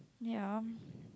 ya